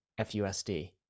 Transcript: FUSD